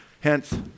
Hence